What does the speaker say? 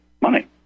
Money